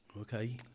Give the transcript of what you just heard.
Okay